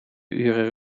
uren